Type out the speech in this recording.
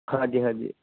ਹਾਂਜੀ ਹਾਂਜੀ